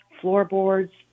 floorboards